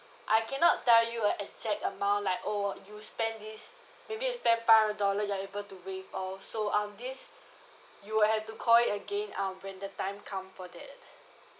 I cannot tell you an exact amount like oh you spend this maybe you spend five hundred dollar you're able to waive off so um this you'll have to call in again um when the time come for that